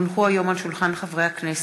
כי הונחו היום על שולחן הכנסת,